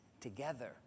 together